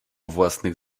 własnych